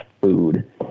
food